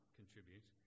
contribute